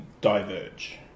diverge